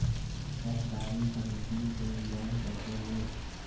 सहकारी समिति से लोन कैसे लें?